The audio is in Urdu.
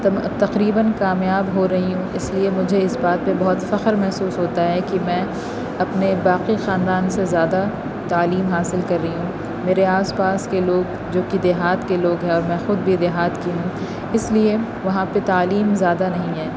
تم تقریبآٓ کامیاب ہو رہی ہوں اس لیے مجھے اس بات پہ بہت فخر محسوس ہوتا ہے کہ میں اپنے باقی خاندان سے زیادہ تعلیم حاصل کر رہی ہوں میرے آس پاس کے لوگ جو کہ دیہات کے لوگ ہے اور میں خود بھی دیہات کی ہوں اس لیے وہاں پہ تعلیم زیادہ نہیں ہے